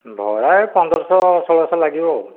ଭଡ଼ା ହେଇ ପନ୍ଦରଶହ ଷୋଳଶହ ଲାଗିବ ଆଉ